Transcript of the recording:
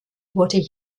wurde